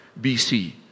BC